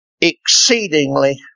exceedingly